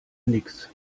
nix